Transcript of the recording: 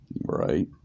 Right